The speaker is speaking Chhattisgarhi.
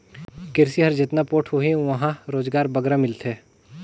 किरसी हर जेतना पोठ होही उहां रोजगार बगरा मिलथे